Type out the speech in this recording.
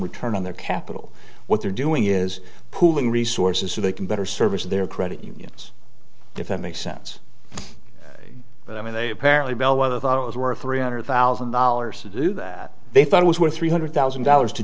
return on their capital what they're doing is pooling resources so they can better service their credit unions different makes sense but i mean they apparently bellweather thought it was worth three hundred thousand dollars to do that they thought it was worth three hundred thousand dollars to